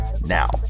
Now